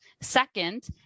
Second